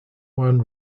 juan